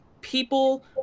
people